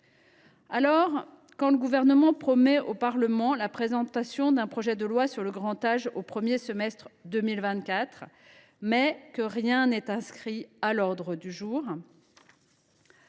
rien. Quand le Gouvernement promet au Parlement la présentation d’un projet de loi sur le grand âge au premier semestre, mais que rien n’est inscrit à l’ordre du jour